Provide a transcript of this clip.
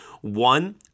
One